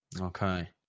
Okay